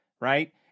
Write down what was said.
right